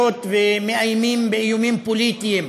דרישות ומאיימים איומים פוליטיים,